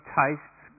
tastes